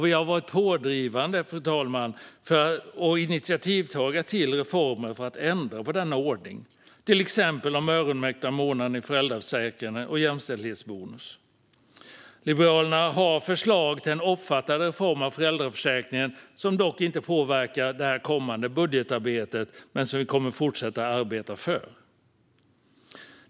Vi har varit pådrivande och initiativtagare till reformer för att ändra på denna ordning, till exempel de öronmärkta månaderna i föräldraförsäkringen och jämställdhetsbonusen. Liberalerna har förslag till en omfattande reform av föräldraförsäkringen som inte påverkar det kommande budgetarbetet men som vi kommer att fortsätta arbeta för.